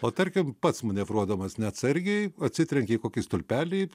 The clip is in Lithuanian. o tarkim pats manevruodamas neatsargiai atsitrenkei į kokį stulpelį